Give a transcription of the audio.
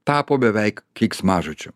tapo beveik keiksmažodžiu